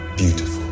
beautiful